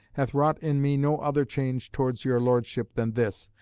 hath wrought in me no other change towards your lordship than this,